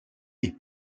est